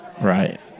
Right